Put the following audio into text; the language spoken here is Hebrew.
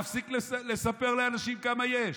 נפסיק לספר לאנשים כמה יש.